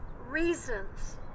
reasons